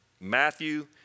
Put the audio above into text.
Matthew